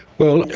well,